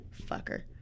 Fucker